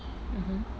mmhmm